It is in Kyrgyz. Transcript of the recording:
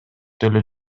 деле